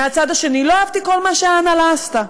מצד שני, לא אהבתי כל מה שההנהלה עשתה.